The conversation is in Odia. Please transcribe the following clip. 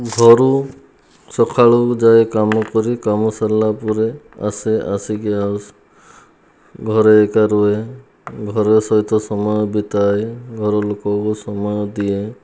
ଘରୁ ସକାଳୁ ଯାଏ କାମ କରି କାମ ସରିଲା ପରେ ଆସେ ଆସିକି ଆଉ ଘରେ ଏକା ରୁହେ ଘର ସହିତ ସମୟ ବିତାଏ ଘର ଲୋକଙ୍କୁ ସମୟ ଦିଏ